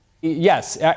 Yes